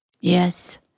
Yes